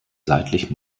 seitlich